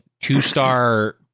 two-star